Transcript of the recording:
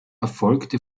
erfolgte